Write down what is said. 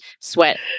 sweat